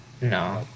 no